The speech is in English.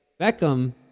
Beckham